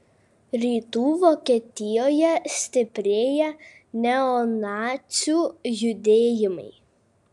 rytų vokietijoje stiprėja neonacių judėjimai